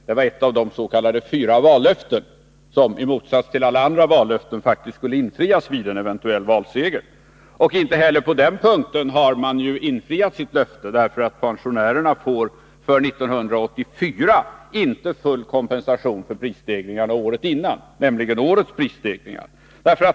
Det var ett av de s.k. fyra vallöftena — som i motsats till alla andra vallöften faktiskt skulle infrias vid en eventuell valseger. Inte heller på den punkten har man infriat sitt vallöfte. Pensionärerna får för 1984 inte full kompensation för prisstegringarna året innan, nämligen årets prisstegringar.